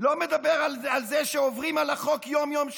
לא מדבר על זה על זה שעוברים על החוק יום-יום,